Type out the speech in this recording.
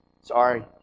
Sorry